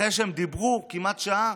אחרי שהם דיברו כמעט שעה,